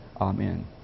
Amen